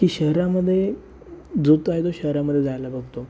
की शहरामध्ये जो तो आहे तो शहरामध्ये जायला बघतो